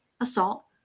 assault